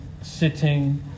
sitting